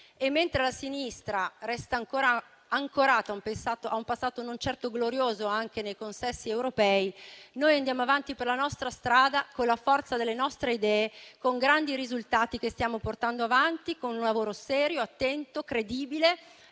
Mentre la sinistra resta ancorata a un passato non certo glorioso anche nei consessi europei, noi andiamo avanti per la nostra strada con la forza delle nostre idee, con grandi risultati che stiamo portando avanti, con un lavoro serio, attento, credibile